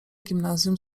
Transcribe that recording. gimnazjum